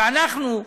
ואנחנו,